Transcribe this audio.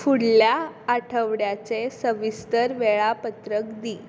फुडल्या आठवड्याचे सविस्तर वेळापत्रक दी